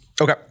okay